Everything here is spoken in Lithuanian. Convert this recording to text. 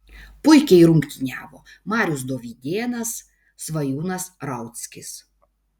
puikiai rungtyniavo marius dovydėnas svajūnas rauckis